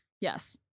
Yes